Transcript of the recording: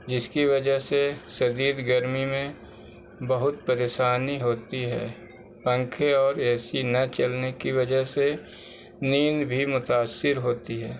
جس کی وجہ سے شدید گرمی میں بہت پریشانی ہوتی ہے پنکھے اور اے سی نہ چلنے کی وجہ سے نیند بھی متاثر ہوتی ہے